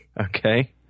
Okay